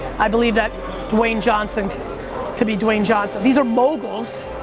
i believe that dwayne johnson can be dwayne johnson, these are moguls,